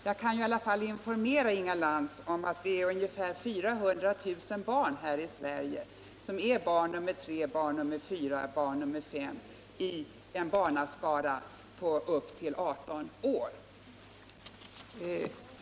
Jag kan informera Inga Lantz om att det är ungefär 400 000 barn här i Sverige som är barn nr 3, 4 och 5 i en barnaskara i åldrarna upp till 18 år.